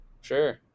Sure